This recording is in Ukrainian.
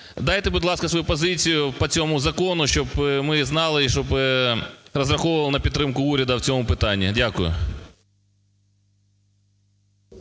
Дайте, будь ласка, свою позицію по цьому закону, щоб ми знали, щоб розраховували на підтримку уряду в цьому питанні. Дякую.